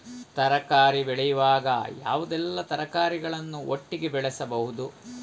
ತರಕಾರಿ ಬೆಳೆಯುವಾಗ ಯಾವುದೆಲ್ಲ ತರಕಾರಿಗಳನ್ನು ಒಟ್ಟಿಗೆ ಬೆಳೆಸಬಹುದು?